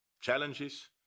challenges